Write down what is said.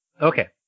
Okay